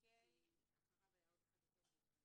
כי אחריו היה עוד אחד יותר מעודכן.